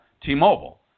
T-Mobile